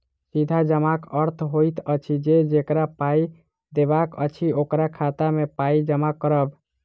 सीधा जमाक अर्थ होइत अछि जे जकरा पाइ देबाक अछि, ओकरा खाता मे पाइ जमा करब